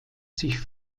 sich